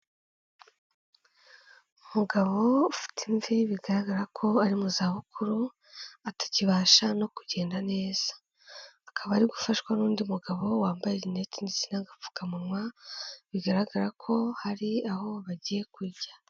Umugabo ufite imvi, bigaragara ko ari mu zabukuru, atakibasha no kugenda neza. Akaba ari gufashwa n'undi mugabo wambaye linete ndetse n'agapfukamunwa, bigaragara ko hari aho bagiye kujya.